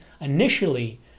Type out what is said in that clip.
initially